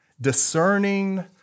discerning